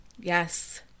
Yes